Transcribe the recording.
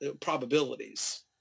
probabilities